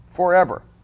forever